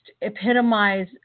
epitomize